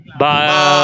bye